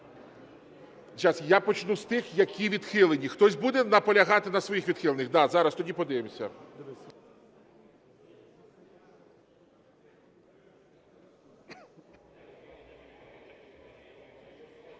розпочну з тих, які відхилені. Хтось буде наполягати на своїх відхилених? Так, зараз тоді подивимося.